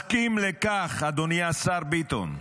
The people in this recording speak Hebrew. מסכים לכך, אדוני השר ביטון,